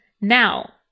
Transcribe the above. Now